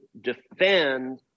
defend